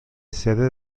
sede